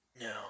No